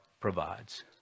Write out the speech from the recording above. provides